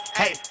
hey